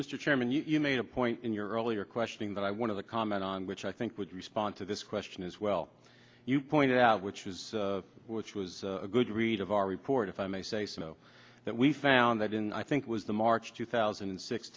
mr chairman you made a point in your earlier question that i wanted to comment on which i think would respond to this question as well you pointed out which is which was a good read of our report if i may say so that we found that in i think it was the march two thousand and six